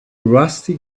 rusty